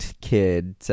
kid